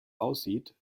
aussieht